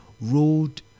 road